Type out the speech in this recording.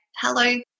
hello